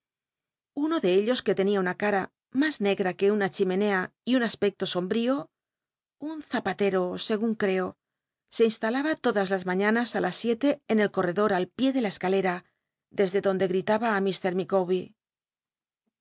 no de ellos que tenia una cara mas negra que una chimenea y un aspecto sombrío un zapatero segun creo se instalaba todas las mañanas á las siete en el corredor al pié de la escalera dc dc donde